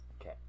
Okay